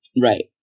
Right